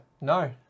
No